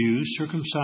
circumcised